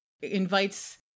invites